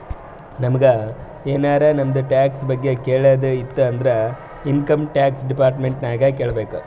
ನಮುಗ್ ಎನಾರೇ ನಮ್ದು ಟ್ಯಾಕ್ಸ್ ಬಗ್ಗೆ ಕೇಳದ್ ಇತ್ತು ಅಂದುರ್ ಇನ್ಕಮ್ ಟ್ಯಾಕ್ಸ್ ಡಿಪಾರ್ಟ್ಮೆಂಟ್ ನಾಗೆ ಕೇಳ್ಬೇಕ್